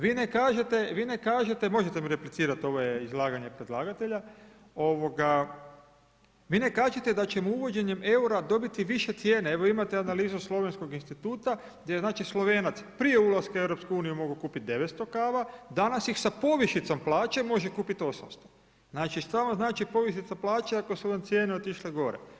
Vi ne kažete, vi ne kažete, možete mi replicirati ovo je izlaganje predlagatelja, ovoga, vi ne kažete da ćemo uvođenjem EUR-a dobiti više cijene, evo imate analizu Slovenskog instituta gdje je znači Slovenac prije ulaska u EU mogao kupiti 900 kava, danas ih sa povišicom plaće može kupiti 800, znači šta vam znači povišica plaće, ako su vam cijene otišle gore.